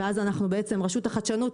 ואז רשות החדשנות,